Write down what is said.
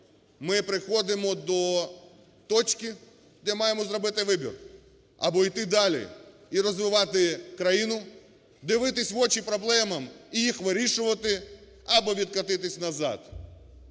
ми приходимо до точки, де маємо зробити вибір: або іти далі і розвивати країну, дивитися в очі проблемам і їх вирішувати; або відкотитись назад.